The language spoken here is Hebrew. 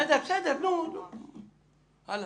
הלאה.